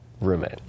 roommate